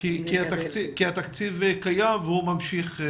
כי התקציב קיים והוא ממשיך.